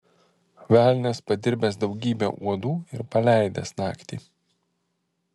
velnias padirbęs daugybę uodų ir paleidęs naktį